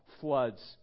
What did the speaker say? floods